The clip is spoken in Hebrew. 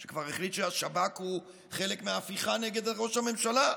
שכבר החליט שהשב"כ הוא חלק מההפיכה נגד ראש הממשלה,